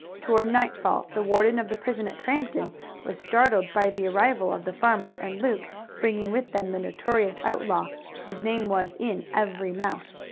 toward nightfall the warden of the prison at crampton was startled by the arrival of the farmer and luke bringing with them the notorious outlaw whose name was in every mouth.